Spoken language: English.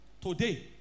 Today